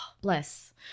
Bless